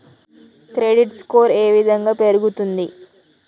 Credit score ఏ విధంగా పెరుగుతుంది?